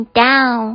down